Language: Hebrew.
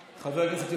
חבר הכנסת סעיד אלחרומי,